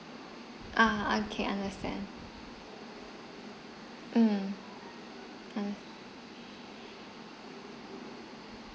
ah okay understand mm mm